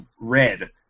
red